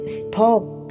spoke